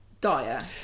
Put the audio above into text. dire